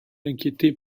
inquiété